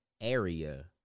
area